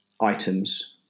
items